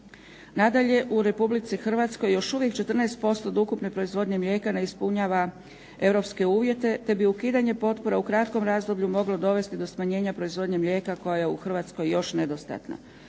Nadalje, u Republici Hrvatskoj još uvijek 14% od ukupne proizvodnje mlijeka ne ispunjava Europske uvjete te bi ukidanje potpora u kratkom razdoblju moglo dovesti do smanjenja proizvodnje mlijeka koja je u Hrvatskoj još uvijek nedostatna.